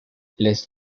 les